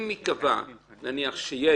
אם ייקבע שיש